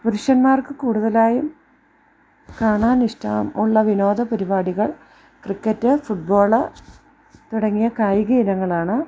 പുരുഷന്മാർക്ക് കൂടുതലായും കാണാനിഷ്ടമുള്ള വിനോദ പരിപാടികൾ ക്രിക്കറ്റ് ഫുട്ബോള് തുടങ്ങിയ കായിക ഇനങ്ങളാണ്